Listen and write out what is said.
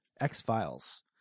x-files